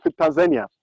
Tanzania